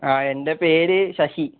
ആ എൻ്റെ പേര് ശശി